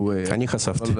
אני חשפתי.